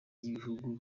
y’ibihugu